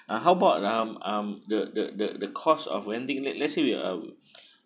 ah how about um um the the the the cost of renting let let's say we are